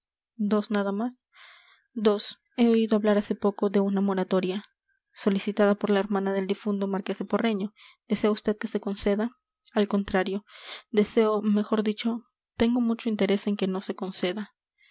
dos nada más dos he oído hablar hace poco de una moratoria solicitada por la hermana del difunto marqués de porreño desea vd que se conceda al contrario deseo mejor dicho tengo mucho interés en que no se conceda